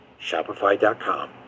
shopify.com